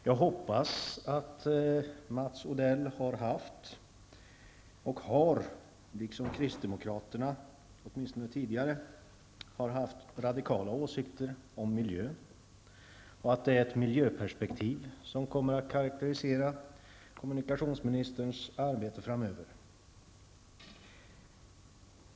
Jag hoppas att Mats Odell har, vilket kristdemokraterna åtminstone tidigare har haft, radikala åsikter om miljön och att det är ett miljöperspektiv som kommer att karakterisera kommunikationsministerns arbete framöver.